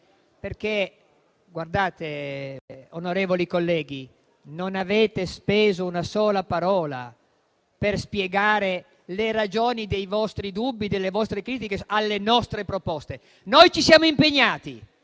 ordinamentale. Onorevoli colleghi, non avete speso una sola parola per spiegare le ragioni dei vostri dubbi e delle vostre critiche alle nostre proposte. Noi ci siamo impegnati.